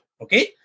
okay